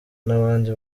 n’abandi